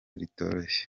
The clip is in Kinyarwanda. ritoroshye